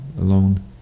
alone